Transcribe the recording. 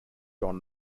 john